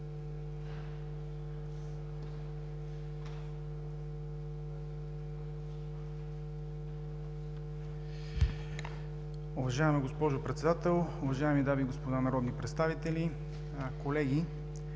Уважаема госпожо Председател, уважаеми дами и господа народни представители, колеги!